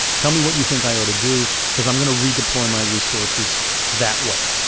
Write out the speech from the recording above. tell me what you think i ought to do because i'm going to redeploy my resources that way.